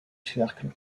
cercle